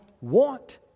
want